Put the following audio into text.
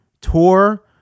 Tour